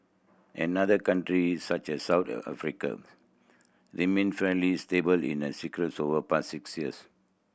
another countries such as South remained fairly stable in their over past six years